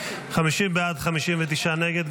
50 בעד, 59 נגד.